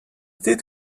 did